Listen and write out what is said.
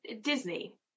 Disney